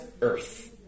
earth